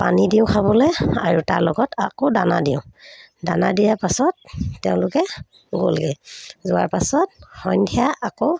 পানী দিওঁ খাবলৈ আৰু তাৰ লগত আকৌ দানা দিওঁ দানা দিয়াৰ পাছত তেওঁলোকে গ'লগৈ যোৱাৰ পাছত সন্ধিয়া আকৌ